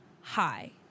hi